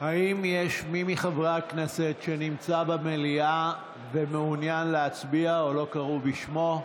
האם יש מי מחברי הכנסת שנמצא במליאה ומעוניין להצביע או לא קראו בשמו?